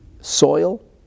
soil